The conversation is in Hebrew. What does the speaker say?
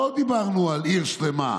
לא דיברנו על עיר שלמה,